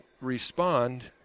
respond